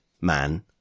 man